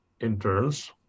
interns